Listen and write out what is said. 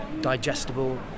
digestible